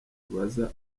tubaza